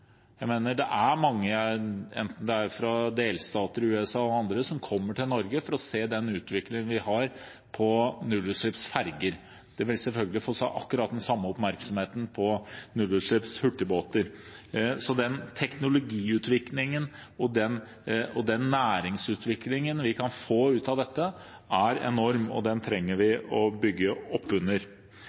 Det er mange, enten det er fra delstater i USA eller andre steder, som kommer til Norge for å se den utviklingen vi har på nullutslippsferger. Vi vil selvfølgelig få se akkurat den samme oppmerksomheten på nullutslippshurtigbåter. Den teknologiutviklingen og den næringsutviklingen vi kan få ut av dette, er enorm, og den trenger vi å bygge opp under.